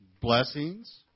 blessings